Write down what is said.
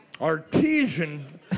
Artesian